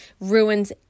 ruins